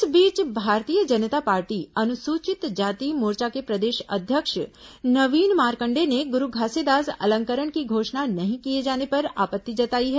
इस बीच भारतीय जनता पार्टी अनुसूचित जाति मोर्चा के प्रदेश अध्यक्ष नवीन मारकंडे ने गुरू घासीदास अलंकरण की घोषणा नहीं किए जाने पर आपत्ति जताई है